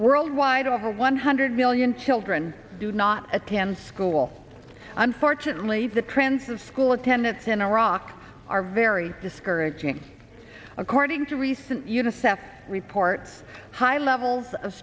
worldwide over one hundred million children do not attend school unfortunately the trends of school attendance in iraq are very discouraging according to recent unicef reports high levels of